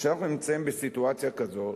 שאנחנו נמצאים בסיטואציה כזאת,